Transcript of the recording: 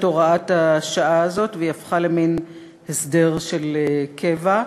הוראת השעה הזאת והיא הפכה למין הסדר של קבע.